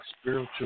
spiritual